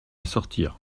sortir